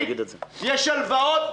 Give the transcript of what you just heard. יש הלוואות?